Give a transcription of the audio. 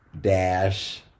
dash